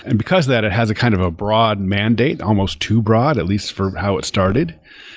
and because that, it has a kind of a broad mandate, almost too broad, at least for how it started.